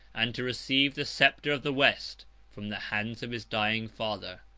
and to receive the sceptre of the west from the hands of his dying father.